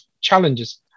challenges